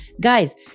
guys